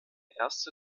erste